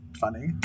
funny